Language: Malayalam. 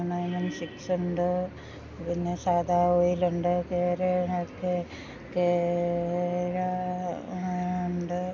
നൈൻ വൺ സിക്സ്ണ്ട് പിന്നെ സാധാ ഓയില്ണ്ട് കേരേനൊക്കെ കേരാ ഉണ്ട്